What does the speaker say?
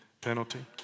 penalty